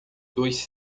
dois